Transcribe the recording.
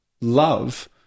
love